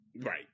Right